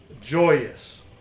joyous